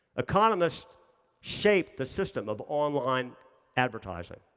economists shape the system of online advertising,